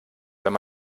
wenn